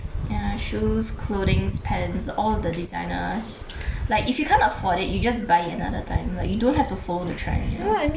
ya shoes clothings pants all the designer like if you can't afford it you just buy it another time like you don't have to follow the trend